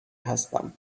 هستم